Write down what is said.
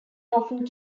often